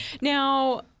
Now